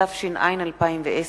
התש"ע 2010,